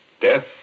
Death